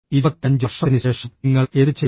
25 വർഷത്തിനുശേഷം നിങ്ങൾ എന്തുചെയ്യും